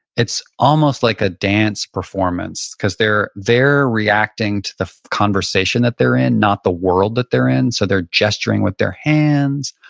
it's almost like a dance performance because they're they're reacting to the conversation that they're in, not the world that they're in. so they're gesturing with their hands,